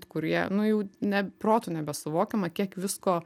kurie nu jau ne protu nebesuvokiama kiek visko